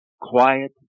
quiet